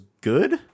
good